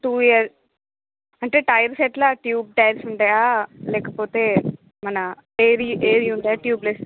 two year అంటే tyres ఎట్లా tube tyres ఉంటాయా లేకపోతే మన ఏయిర్వి ఏయిర్వి ఉంటాయా ట్యూబ్లెస్